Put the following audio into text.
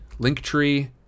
Linktree